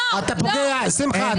הרשימה הערבית המאוחדת): שמחה,